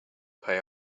pay